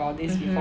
mmhmm